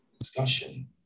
discussion